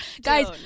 Guys